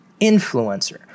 influencer